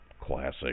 classic